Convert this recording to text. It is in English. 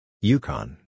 Yukon